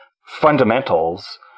fundamentals